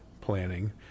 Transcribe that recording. planning